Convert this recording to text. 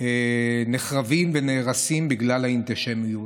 נחרבים ונהרסים בגלל האנטישמיות,